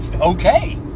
Okay